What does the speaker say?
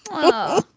oh,